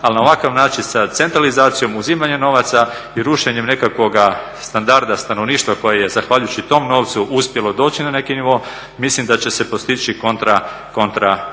Ali na ovakav način sa centralizacijom, uzimanjem novaca i rušenjem nekakvoga standarda stanovništva koje je zahvaljujući tom novcu uspjelo doći na neki nivo, mislim da će se postići kontra primjer.